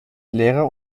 lehrer